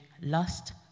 lust